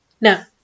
Now